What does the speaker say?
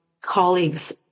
colleagues